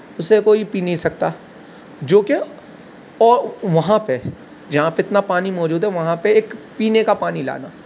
اسے کوئی پی نہیں سکتا جو کہ وہاں پہ جہاں پہ اتنا پانی موجود ہے وہاں پہ ایک پینے کا پانی لانا